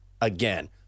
again